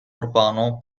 urbano